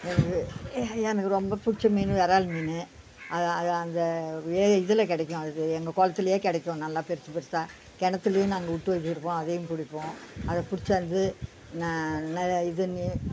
எனக்கு எனக்கு ரொம்ப பிடிச்ச மீன் விரால் மீன் அது அது அங்கே இதில் கிடைக்கும் அது எங்கள் குளத்துலயே கிடைக்கும் நல்லா பெருசு பெருசாக கிணத்துலையும் நாங்கள் விட்டு வெச்சிருப்போம் அதையும் பிடிப்போம் அதை பிடிச்சாந்து இது